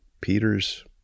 Peter's